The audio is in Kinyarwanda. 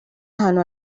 ahantu